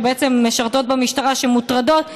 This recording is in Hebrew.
שבעצם משרתות במשטרה ומוטרדות,